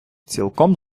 цілком